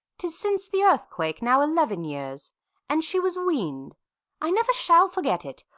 tis since the earthquake now eleven years and she was wean'd i never shall forget it,